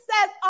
says